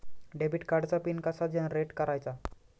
Debit कार्डचा pin कसा generate करायचा?